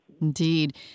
Indeed